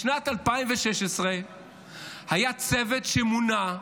בשנת 2016 היה צוות שמונה,